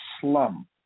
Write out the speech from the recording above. slum